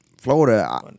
Florida –